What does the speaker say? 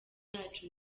yacu